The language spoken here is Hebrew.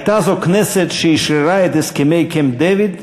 הייתה זו הכנסת שאשררה את הסכמי קמפ-דייוויד,